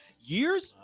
years